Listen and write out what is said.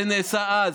זה נעשה אז.